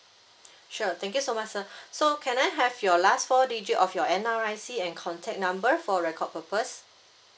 sure thank you so much sir so can I have your last four digit of your N_R_I_C and contact number for record purpose